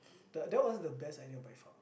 the that was the best idea by far